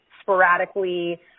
sporadically